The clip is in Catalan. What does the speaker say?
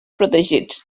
protegits